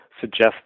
suggest